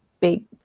big